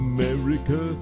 America